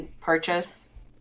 purchase